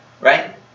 Right